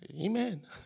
Amen